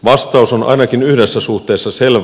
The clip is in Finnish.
vastaus on ainakin yhdessä suhteessa selvä